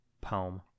Poem